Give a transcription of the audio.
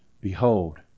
behold